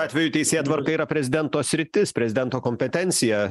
atveju teisėtvarka yra prezidento sritis prezidento kompetencija